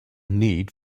need